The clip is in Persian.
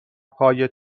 پای